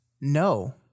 no